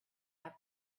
have